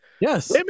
Yes